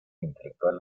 intelectual